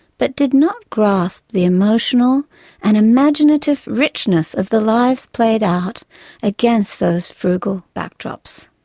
but did not grasp the emotional and imaginative richness of the lives played out against those frugal backdrops.